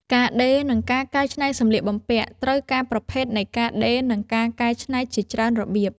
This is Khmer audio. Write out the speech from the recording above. ការដេរ និងការកែច្នៃសម្លៀកបំពាក់ ត្រូវការប្រភេទនៃការដេរ និងការកែច្នៃជាច្រើនរបៀប។